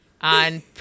on